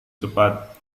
cepat